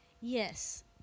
Yes